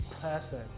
person